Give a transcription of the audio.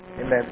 Amen